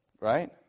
Right